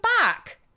back